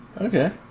Okay